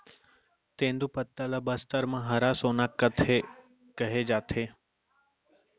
तेंदूपत्ता ल बस्तर म हरा सोना कहे जाथे